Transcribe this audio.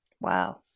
Wow